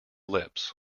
lips